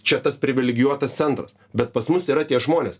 čia tas privilegijuotas centras bet pas mus yra tie žmonės